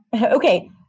okay